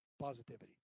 Positivity